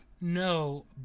No